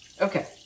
Okay